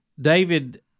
David